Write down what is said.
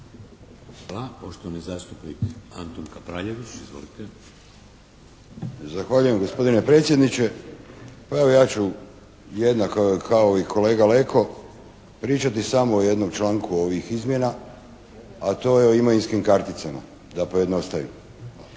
Kapraljević. Izvolite. **Kapraljević, Antun (HNS)** Zahvaljujem gospodine predsjedniče. Pa evo ja ću jednako kao i kolega Leko pričati samo o jednom članku ovih izmjena, a to je o imovinskom karticama da pojednostavim. Ovakve